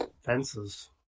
Fences